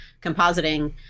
compositing